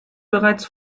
bereits